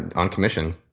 and on commission.